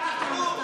אנחנו?